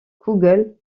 google